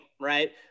right